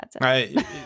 right